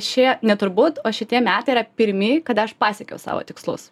šie ne turbūt o šitie metai yra pirmi kada aš pasiekiau savo tikslus